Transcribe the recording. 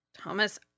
Thomas